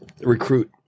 recruit